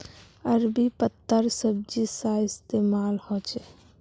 अरबी पत्तार सब्जी सा इस्तेमाल होछे